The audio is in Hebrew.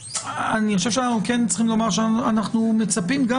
ואני חושב שאנחנו כן צריכים לומר שאנחנו מצפים גם